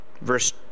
Verse